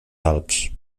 alps